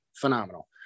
phenomenal